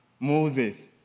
Moses